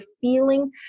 feeling